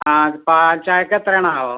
ആ പാൽ ചായക്കെത്രയാണാവോ